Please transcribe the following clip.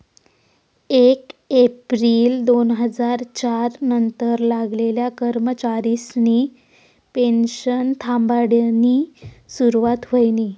येक येप्रिल दोन हजार च्यार नंतर लागेल कर्मचारिसनी पेनशन थांबाडानी सुरुवात व्हयनी